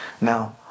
Now